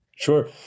Sure